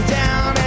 down